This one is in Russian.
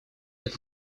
это